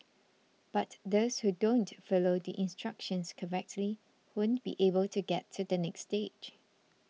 but those who don't follow the instructions correctly won't be able to get to the next stage